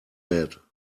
head